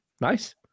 nice